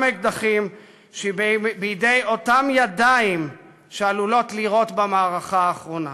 אקדחים שבידי אותן ידיים שעלולות לירות במערכה האחרונה.